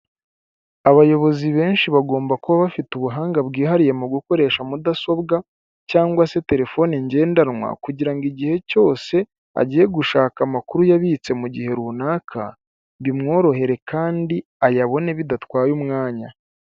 Abayobozi benshi bagomba kuba bafite ubuhanga bwihariye mu gukoresha mudasobwa cyangwa se terefone ngendanwa, kugira ngo igihe cyose agiye gushaka amakuru yabitse mugihe runaka, bimworohere kandi ayabone bidatwaye umwanya.